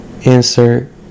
insert